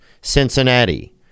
Cincinnati